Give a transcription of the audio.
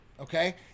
okay